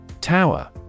Tower